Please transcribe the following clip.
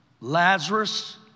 Lazarus